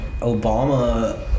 Obama